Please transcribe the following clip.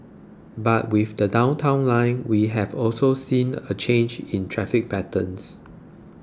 but with the Downtown Line we have also seen a change in traffic patterns